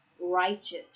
righteous